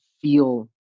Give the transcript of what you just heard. feel